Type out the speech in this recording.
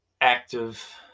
active